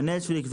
בנטפליקס,